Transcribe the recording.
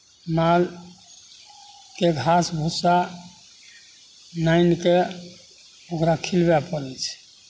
मालकेँ घास भूसा आनि कऽ ओकरा खिलबय पड़ै छै